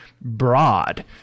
broad